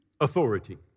authority